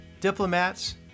diplomats